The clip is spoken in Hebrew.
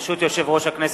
ברשות יושב-ראש הכנסת,